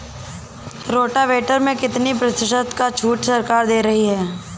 Rotavator में कितनी प्रतिशत का छूट सरकार दे रही है?